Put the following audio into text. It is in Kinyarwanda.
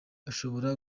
ashobora